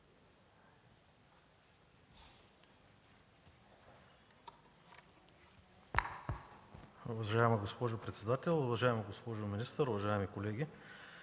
Уважаеми господин председател, уважаеми господин министър, уважаеми колеги!